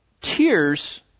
tears